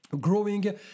growing